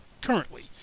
currently